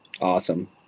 awesome